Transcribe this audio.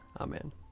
Amen